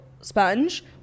sponge